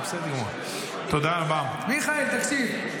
מיכאל, תקשיב.